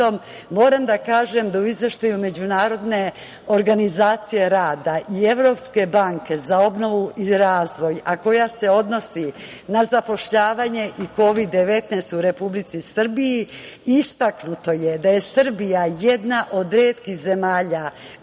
Moram da kažem da u izveštaju Međunarodne organizacije rada i Evropske banke za obnovu i razvoj, a koji se odnosi na zapošljavanje i Kovid-19 u Republici Srbiji istaknuto je da je Srbija jedna od retkih zemalja koja je